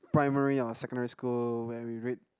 primary or secondary school when we read